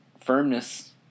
firmness